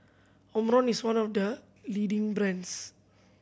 Omron is one of the leading brands